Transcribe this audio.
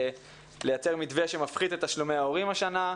לייצר מתווה שמפחית את תשלומי ההורים השנה.